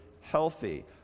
healthy